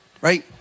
right